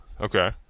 Okay